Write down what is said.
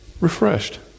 Refreshed